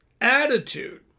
attitude